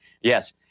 yes